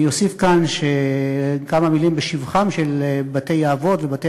אני אוסיף כאן כמה מילים בשבחם של בתי-האבות ובתי